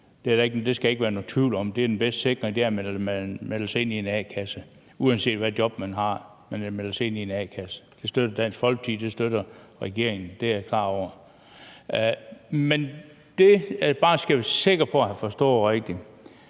Det skal der ikke være nogen tvivl om. Den bedste sikring er, at man melder sig ind i en a-kasse, uanset hvilket job man har. Men man skal melde sig ind i en a-kasse. Det støtter Dansk Folkeparti, det støtter regeringen. Det er jeg klar over. Men der er noget, jeg bare skal være sikker på at have forstået rigtigt.